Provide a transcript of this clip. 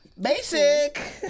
Basic